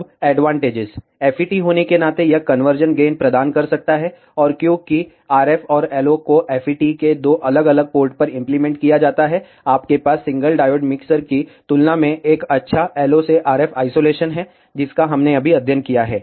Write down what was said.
अब advantages FET होने के नाते यह कन्वर्जन गेन प्रदान कर सकता है और क्योंकि RF और LO को FET के दो अलग अलग पोर्ट पर इम्प्लीमेंट किया जाता है आपके पास सिंगल डायोड मिक्सर की तुलना में एक अच्छा LO से RF आइसोलेशन है जिसका हमने अभी अध्ययन किया है